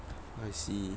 I see